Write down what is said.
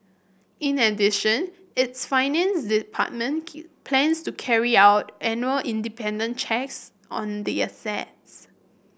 in addition its finance department planes to carry out independent checks on the assets